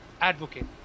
advocate